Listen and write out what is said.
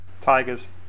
Tigers